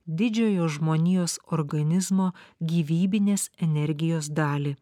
didžiojo žmonijos organizmo gyvybinės energijos dalį